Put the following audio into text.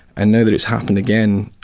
and now that it's happened again,